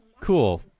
cool